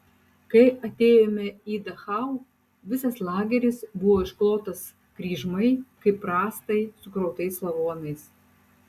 kai atėjome į dachau visas lageris buvo išklotas kryžmai kaip rąstai sukrautais lavonais